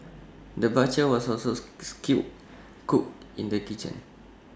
the butcher was also skilled cook in the kitchen